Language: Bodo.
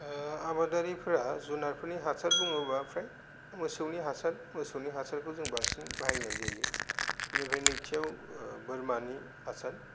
आबादारिफ्रा जुनारफोरनि हासार बुङोब्ला फ्राय मोसौनि हासार मोसौनि हासारखौ जों बांसिन बाहायनाय जायो बेनिफ्राय नैथियाव बोरमानि हासार